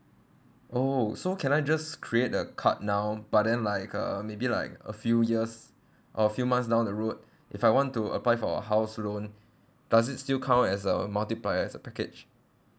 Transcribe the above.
oh so can I just create a card now but then like uh maybe like a few years or a few months down the road if I want to apply for a house loan does it still count as a multiplier as a package